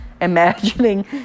imagining